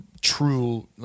true